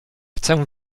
chcę